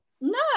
No